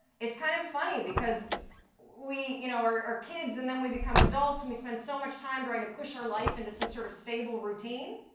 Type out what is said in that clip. it's kind of funny because we you know are are kids and then we become adults, and we spend so much time trying to push our life into some sort of stable routine,